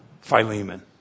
Philemon